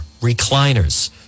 recliners